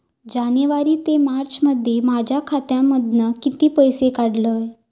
जानेवारी ते मार्चमध्ये माझ्या खात्यामधना किती पैसे काढलय?